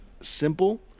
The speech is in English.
simple